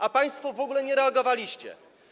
A państwo w ogóle nie reagowaliście.